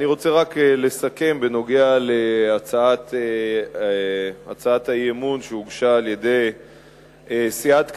אני רוצה רק לסכם בנוגע להצעת האי-אמון שהוגשה על-ידי סיעת קדימה,